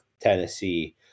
Tennessee